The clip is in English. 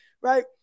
Right